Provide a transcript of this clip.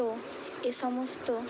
তো এসমস্ত